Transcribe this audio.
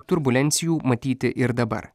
turbulencijų matyti ir dabar